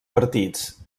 partits